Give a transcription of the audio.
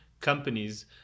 companies